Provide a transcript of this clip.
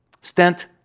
stent